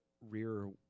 rear